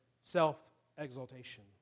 self-exaltation